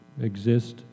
exist